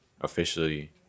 officially